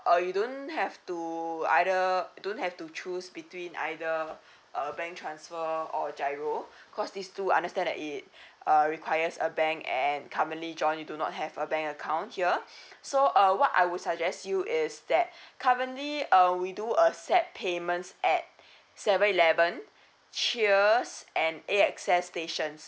or you don't have to either don't have to choose between either uh bank transfer or giro cause this two understand that it uh requires a bank and currently john you do not have a bank account here so uh what I would suggest you is that currently uh we do uh set payments at seven eleven cheers and A_X_S station